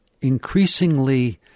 increasingly